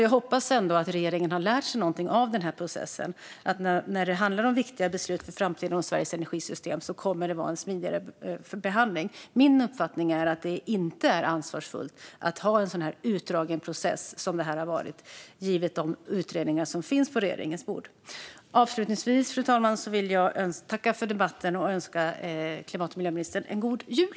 Jag hoppas att regeringen har lärt sig något av processen. När det handlar om viktiga beslut för framtiden och om Sveriges energisystem krävs en smidigare behandling. Enligt min uppfattning är det inte ansvarsfullt att ha en så pass utdragen process som detta har varit, givet de utredningar som finns på regeringens bord. Jag vill avslutningsvis tacka för debatten och önska klimat och miljöministern en god jul.